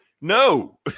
no